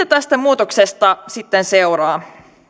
tästä muutoksesta sitten seuraa